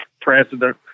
president